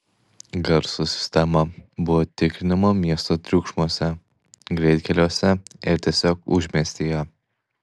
garso sistema buvo tikrinama miesto triukšmuose greitkeliuose ir tiesiog užmiestyje